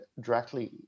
directly